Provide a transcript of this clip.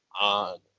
on